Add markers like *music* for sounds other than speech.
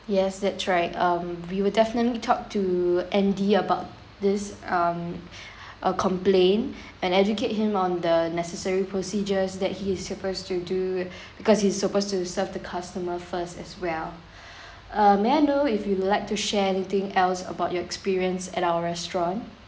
yes that's right um we will definitely talk to andy about this um *breath* uh complain *breath* and educate him on the necessary procedures that he is supposed to do *breath* because he's supposed to serve the customer first as well *breath* uh may I know if you'd like to share anything else about your experience at our restaurant